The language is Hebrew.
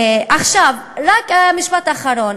רק משפט אחרון,